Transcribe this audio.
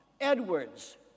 Edwards